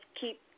keep